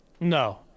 No